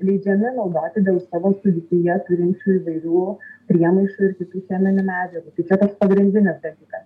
leidžiami naudoti dėl savo sudėtyje turinčių įvairių priemaišų ir kitų cheminių medžiagų tai čia toks pagrindinis dalykas